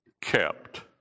kept